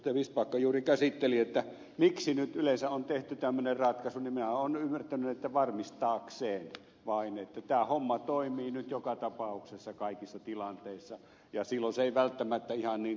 vistbacka juuri käsitteli että miksi nyt yleensä on tehty tämmöinen ratkaisu niin minä olen ymmärtänyt että sen varmistamiseksi vain että tämä homma toimii nyt joka tapauksessa kaikissa tilanteissa ja silloin se ei välttämättä ihanin